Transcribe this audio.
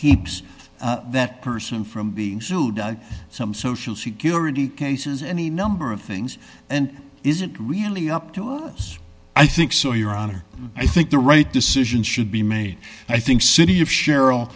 keeps that person from being sued some social security cases any number of things and isn't really up to us i think so your honor i think the right decision should be made i think city of cheryl